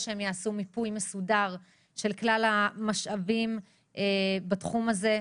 שהם ייעשו מיפוי מסודר של כלל המשאבים בתחום הזה,